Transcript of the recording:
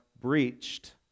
breached